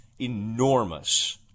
enormous